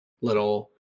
little